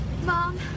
Mom